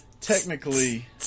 technically